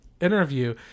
interview